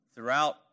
Throughout